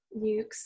nukes